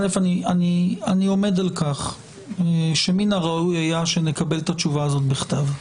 אני עומד על כך שמן הראוי היה שנקבל את התשובה הזאת בכתב,